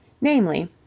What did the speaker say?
namely